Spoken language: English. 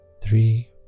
three